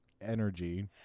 energy